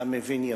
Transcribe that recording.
והמבין יבין.